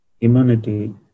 immunity